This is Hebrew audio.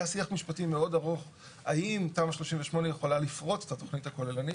היה שיח משפטי מאוד ארוך האם תמ"א 38 יכולה לפרוץ את התכנית הכוללנית.